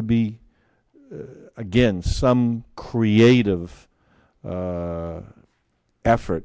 to be again some creative effort